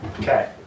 Okay